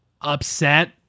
upset